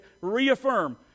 reaffirm